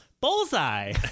bullseye